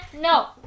no